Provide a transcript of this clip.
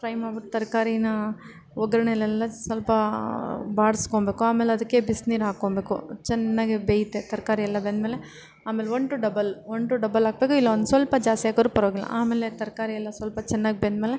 fry ಮಾಡ್ಬಿಟ್ಟು ತರಕಾರಿನ ಒಗ್ಗರಣೆಲ್ಲೆಲ್ಲ ಸ್ವಲ್ಪ ಬಾಡ್ಸ್ಕೊಳ್ಬೇಕು ಆಮೇಲೆ ಅದಕ್ಕೆ ಬಿಸ್ನೀರು ಹಾಕೊಳ್ಬೇಕು ಚೆನ್ನಾಗೇ ಬೇಯತ್ತೆ ತರಕಾರಿಯೆಲ್ಲ ಬೆಂದ್ಮೇಲೆ ಆಮೇಲೆ one to double one to double ಹಾಕ್ಬೇಕು ಇಲ್ಲ ಒಂದ್ಸಲ್ಪ ಜಾಸ್ತಿ ಹಾಕಿದ್ರೂ ಪರವಾಗಿಲ್ಲ ಆಮೇಲೆ ತರಕಾರಿಯೆಲ್ಲ ಸ್ವಲ್ಪ ಚೆನ್ನಾಗಿ ಬೆಂದ್ಮೇಲೆ